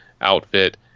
outfit